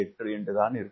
8 தான் இருக்கும்